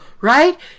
right